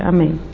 Amém